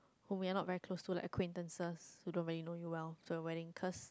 whom you are not very close to like acquaintance who don't really know you well for your wedding cause